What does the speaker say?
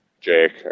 Jake